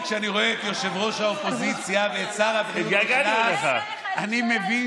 כשאני רואה את יושב-ראש האופוזיציה ואת שר החינוך נכנס אני מבין